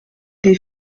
des